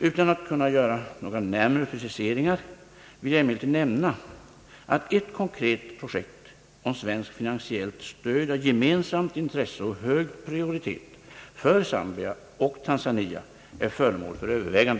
Utan att kunna göra några närmare preciseringar vill jag emellertid nämna, att ett konkret projekt om svenskt finansiellt stöd av gemensamt intresse och hög prioritet för Zambia och Tanzania är föremål för övervägande.